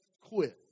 quit